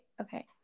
okay